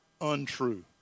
untrue